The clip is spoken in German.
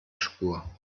spur